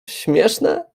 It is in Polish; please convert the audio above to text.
śmieszne